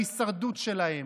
בהישרדות שלהם,